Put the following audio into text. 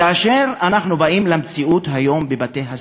כאשר אנחנו באים היום למציאות בבתי-הספר,